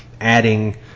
adding